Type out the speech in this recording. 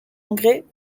engrais